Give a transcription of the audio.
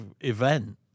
event